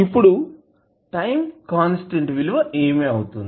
ఇప్పుడు time constant విలువ ఏమి అవుతుంది